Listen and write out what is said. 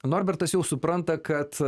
norbertas jau supranta kad